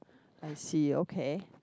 I see okay